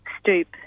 stoop